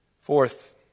Fourth